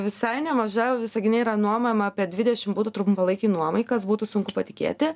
visai nemažai visagine yra nuomojama apie dvidešim butų trumpalaikei nuomai kas būtų sunku patikėti